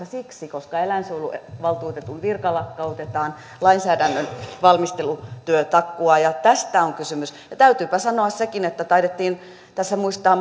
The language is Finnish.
siksi koska eläinsuojeluvaltuutetun virka lakkautetaan lainsäädännön valmistelutyö takkuaa ja tästä on kysymys ja täytyypä sanoa sekin että taidettiin muistaa